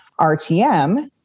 RTM